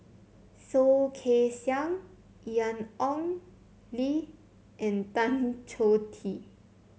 Soh Kay Siang Ian Ong Li and Tan Choh Tee